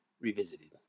Revisited